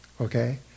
Okay